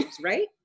right